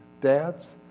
Dads